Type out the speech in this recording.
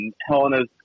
Helena's